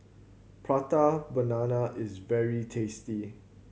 Prata Banana is very tasty